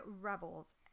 rebels